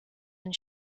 and